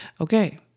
Okay